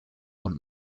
und